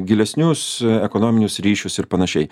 gilesnius ekonominius ryšius ir panašiai